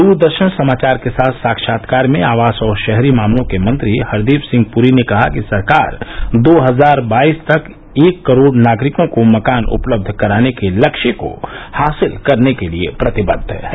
दूरदर्शन समाचार के साथ साक्षात्कार में आवास और शहरी मामलों के मंत्री हरदीप सिंह पुरी ने कहा कि सरकार दो हजार बाईस तक एक करोड़ नागरिकों को मकान उपलब्ध कराने के लक्ष्य को हासिल करने के लिए प्रतिबद्ध है